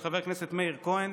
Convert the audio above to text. של חבר הכנסת מאיר כהן